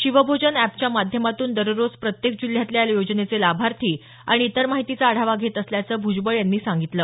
शिवभोजन एपच्या माध्यमातून दररोज प्रत्येक जिल्ह्यातल्या या योजनेचे लाभार्थी आणि इतर माहितीचा आढावा घेत असल्याचं भूजबळ यांनी सांगितलं